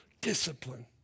Discipline